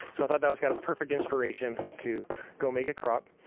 so i thought that was kind of perfect inspiration to go make a crop.